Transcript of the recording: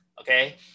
Okay